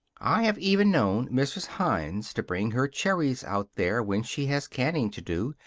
i have even known mrs. hines to bring her cherries out there when she had canning to do,